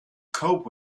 cope